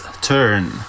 Turn